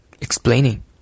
explaining